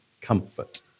comfort